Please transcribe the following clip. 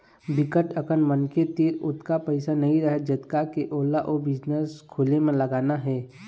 बिकट अकन मनखे तीर ओतका पइसा नइ रहय जतका के ओला ओ बिजनेस खोले म लगाना हे